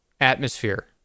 atmosphere